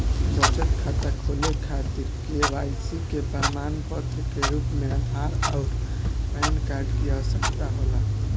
बचत खाता खोले खातिर के.वाइ.सी के प्रमाण के रूप में आधार आउर पैन कार्ड की आवश्यकता होला